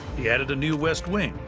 he added a new west wing,